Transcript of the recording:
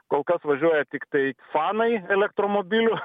kol kas važiuoja tiktai fanai elektromobilių